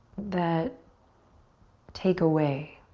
that take away.